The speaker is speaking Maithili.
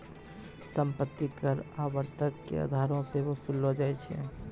सम्पति कर आवर्तक के अधारो पे वसूललो जाय छै